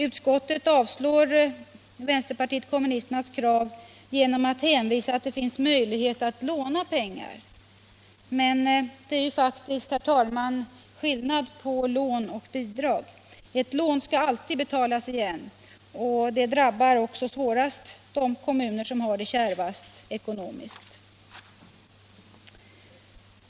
Utskottet avstyrker vänsterpartiet kommunisternas krav genom att hänvisa till att det finns möjlighet att låna pengar. Men det är faktiskt skillnad på lån och bidrag. Ett lån skall alltid betalas igen, och det drabbar också svårast de kommuner som har det kärvast ekonomiskt.